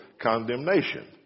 condemnation